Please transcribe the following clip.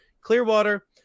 Clearwater